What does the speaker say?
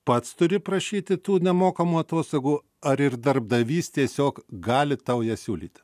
pats turi prašyti tų nemokamų atostogų ar ir darbdavys tiesiog gali tau jas siūlyti